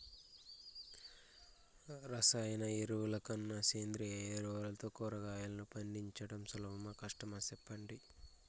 రసాయన ఎరువుల కన్నా సేంద్రియ ఎరువులతో కూరగాయలు పండించడం సులభమా కష్టమా సెప్పండి